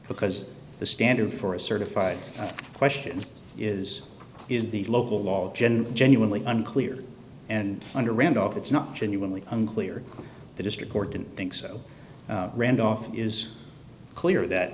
because the standard for a certified question is is the local law of gen genuinely unclear and under randolph it's not genuinely unclear the district court didn't think so randolph is clear that